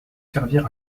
servir